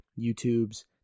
YouTube's